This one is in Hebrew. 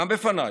גם בפניי.